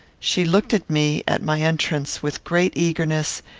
she looked at me, at my entrance, with great eagerness,